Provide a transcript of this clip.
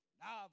now